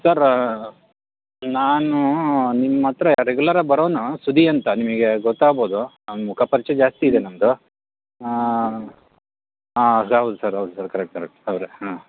sir ನಾನು ನಿಮ್ಮ ಹತ್ರ ರೆಗ್ಯುಲರಾಗ್ ಬರೋನು ಸುದಿ ಅಂತ ನಿಮಗೆ ಗೊತ್ತಾಗ್ಬೋದು ನಮ್ಮ ಮುಖ ಪರಿಚಯ ಜಾಸ್ತಿ ಇದೆ ನಮ್ಮದು ಹಾಂ ಹೌದು ಸರ್ ಹೌದು ಸರ್ ಕರೆಕ್ಟ್ ಕರೆಕ್ಟ್ ಅವರೆ ಹ್ಞೂ